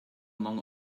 among